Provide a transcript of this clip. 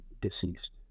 deceased